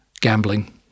gambling